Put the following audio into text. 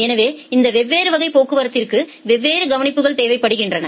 எனவே இந்த வெவ்வேறு வகை போக்குவரத்திற்கு வெவ்வேறு கவனிப்புகள் தேவைப்படுகின்றன